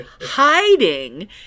hiding